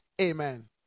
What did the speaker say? Amen